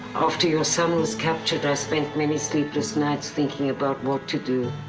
after your son was captured, i spent many sleepless nights thinking about what to do.